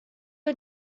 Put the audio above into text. are